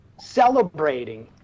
Celebrating